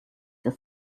das